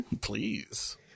Please